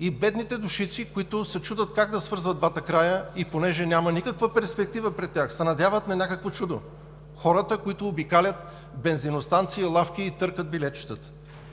и бедните душици, които се чудят как да свързват двата края и понеже няма никаква перспектива при тях, се надяват на някакво чудо, хората, които обикалят бензиностанции, лавки и търкат билетчетата.